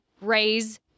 raise